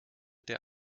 der